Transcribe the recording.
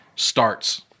Starts